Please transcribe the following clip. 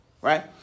Right